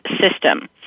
system